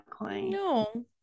No